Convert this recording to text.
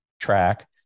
track